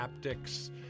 Haptics